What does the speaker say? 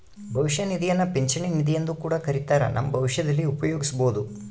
ಭವಿಷ್ಯ ನಿಧಿಯನ್ನ ಪಿಂಚಣಿ ನಿಧಿಯೆಂದು ಕೂಡ ಕರಿತ್ತಾರ, ನಮ್ಮ ಭವಿಷ್ಯದಲ್ಲಿ ಉಪಯೋಗಿಸಬೊದು